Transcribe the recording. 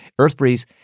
EarthBreeze